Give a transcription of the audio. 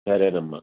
సరేనమ్మా